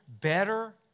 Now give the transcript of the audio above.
better